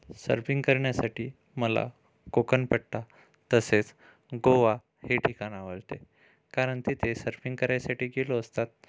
surfing करण्यासाठी मला कोकणपट्टा तसेच गोवा हे ठिकाण आवडते कारण तेथे सर्फिंग करायसाठी गेलो असता खूप लोक